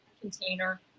container